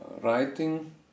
writing